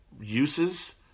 uses